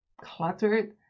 cluttered